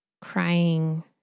crying